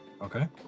Okay